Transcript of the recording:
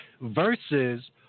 versus